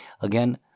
Again